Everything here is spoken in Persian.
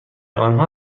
آنها